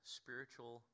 spiritual